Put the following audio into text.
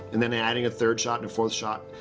and then adding a third shot and fourth shot,